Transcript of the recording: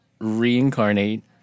reincarnate